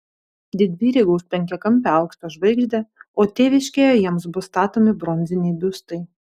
didvyriai gaus penkiakampę aukso žvaigždę o tėviškėje jiems bus statomi bronziniai biustai